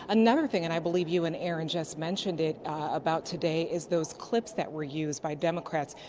another thing, and i believe you and erin just mentioned it, about today, is those clips that were used by democrats.